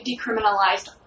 decriminalized